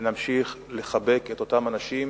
ונמשיך לחבק את אותם אנשים